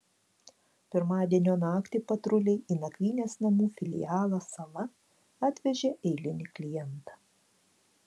pirmadienio naktį patruliai į nakvynės namų filialą sala atvežė eilinį klientą